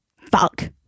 Fuck